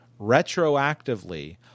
retroactively